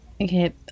okay